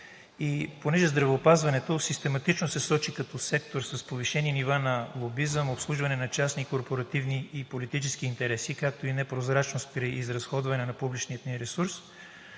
И понеже здравеопазването систематично се сочи като сектор с повишени нива на лобизъм, обслужване на частни, корпоративни и политически интереси, както и непрозрачност при изразходване на публичния ни ресурс,